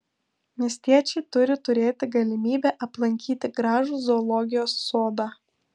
miestiečiai turi turėti galimybę aplankyti gražų zoologijos sodą